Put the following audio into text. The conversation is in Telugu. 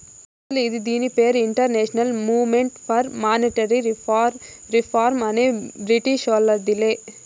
అస్సలు ఇది దీని పేరు international movement for monetary reform అనే బ్రిటీషోల్లదిలే